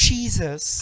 Jesus